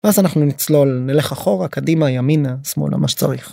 ואז אנחנו נצלול, נלך אחורה, קדימה, ימינה, שמאלה, מה שצריך.